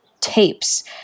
tapes